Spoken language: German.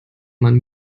man